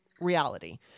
reality